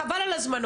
חבל על הזמן,